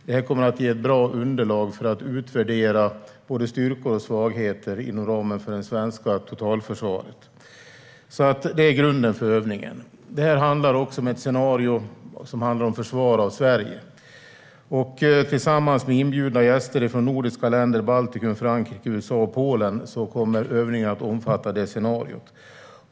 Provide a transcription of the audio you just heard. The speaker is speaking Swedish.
Den kommer att ge bra underlag för att utvärdera både styrkor och svagheter inom ramen för det svenska totalförsvaret. Detta är grunden för övningen. Det är också ett scenario som handlar om försvar av Sverige. Tillsammans med inbjudna gäster från nordiska länder, Baltikum, Frankrike, USA och Polen kommer övningen att omfatta detta scenario.